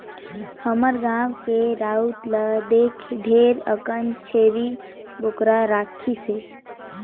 हमर गाँव के राउत ल देख ढेरे अकन छेरी बोकरा राखिसे